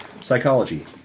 Psychology